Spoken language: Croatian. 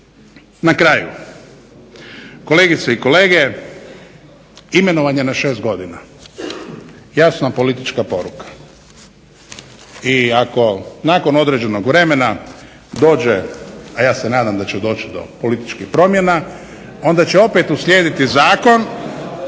na kraju kolegice i kolege imenovanje na 6 godina jasna politička poruka. I ako nakon određenog vremena dođe, a ja se nadam da će doći do političkih promjena, onda će opet uslijediti zakon.